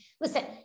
listen